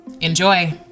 Enjoy